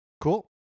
Cool